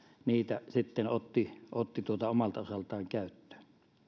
niitä sitten otti otti omalta osaltaan käyttöön